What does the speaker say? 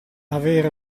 avere